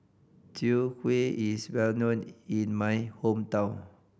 Chwee Kueh is well known in my hometown